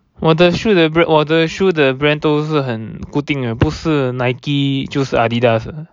我的 shoe 的 bran~ 我的 shoe 的 brand 都是很固定的不是 Nike 就是 Adidas 的